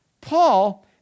Paul